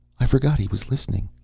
i forgot he was listening.